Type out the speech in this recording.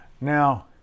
Now